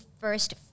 first